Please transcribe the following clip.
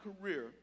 career